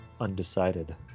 undecided